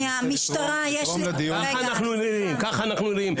ככה אנחנו נראים.